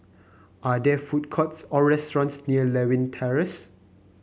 are there food courts or restaurants near Lewin Terrace